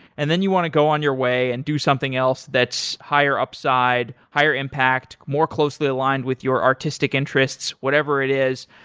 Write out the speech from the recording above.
and then you want to go on your way and do something else that's higher upside, higher impact, more closely aligned with your artistic interests, whatever it is.